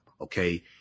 Okay